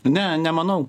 ne nemanau